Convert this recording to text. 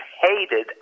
hated